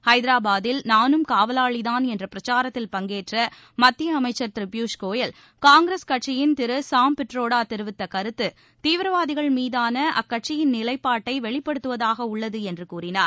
ஹைதராபாத்தில் காவலாலிதான் என்றபிரச்சாரத்தில் பங்கேற்றமத்தியஅமைச்சர் நானும் பியூஷ்கோயல் காங்கிரஸ் கட்சியின் திருசாம்பிட்ரோடாதெரிவித்தகருத்துதீவிரவாதிகள் மீதானஅக்கட்சியின் நிலையைவெளிப்படுத்துவதாகஉள்ளதுஎன்றுகூறினார்